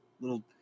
little